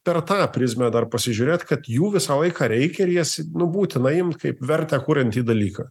per tą prizmę dar pasižiūrėt kad jų visą laiką reikia ir jas nu būtina imt kaip vertę kuriantį dalyką